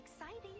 exciting